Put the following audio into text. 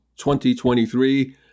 2023